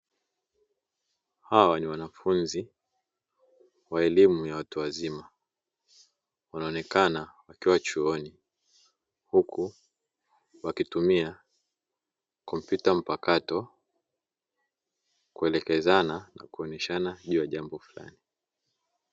Hawa ni wanafunzi wa elimu ya watu wazima, wanaonekana wakiwa chuoni, huku wakitumia kompyuta mpakato kuelekezana na kuonyeshana juu ya jambo fulani.